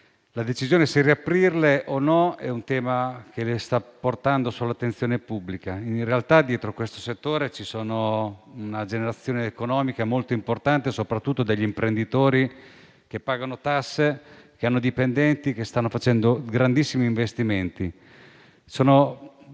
La decisione se riaprirle o meno è un tema che le sta portando all'attenzione pubblica. In realtà, dietro questo settore c'è una generazione economica molto importante, soprattutto degli imprenditori che pagano tasse, che hanno dipendenti, che stanno facendo grandissimi investimenti. Cito